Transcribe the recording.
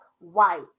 white